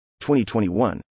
2021